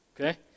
okay